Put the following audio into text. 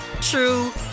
true